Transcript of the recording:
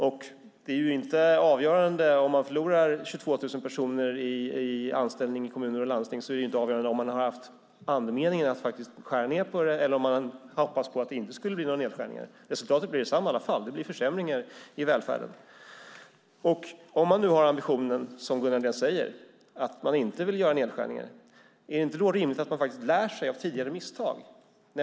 Om 22 000 personer förlorar sin anställning i kommuner och landsting är det inte avgörande om man har haft andemeningen att skära ned eller om man hoppats på att det inte skulle bli några nedskärningar. Resultatet blir detsamma i alla fall. Det blir försämringar i välfärden. Om man nu har ambitionen, som Gunnar Andrén säger, att man inte vill göra nedskärningar undrar jag: Är det inte rimligt att man lär sig av tidigare misstag?